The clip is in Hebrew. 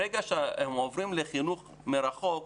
ברגע שהם עוברים לחינוך מרחוק,